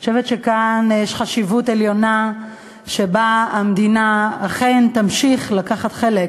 אני חושבת שכאן יש חשיבות עליונה שהמדינה אכן תמשיך לקחת חלק